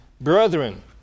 Brethren